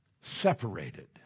separated